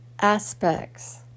aspects